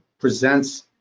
presents